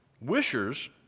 Wishers